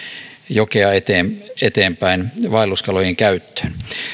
jokea eteenpäin vaelluskalojen käyttöön